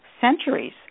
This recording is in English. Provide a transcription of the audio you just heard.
centuries